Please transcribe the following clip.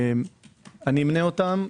אני אמנה אותם.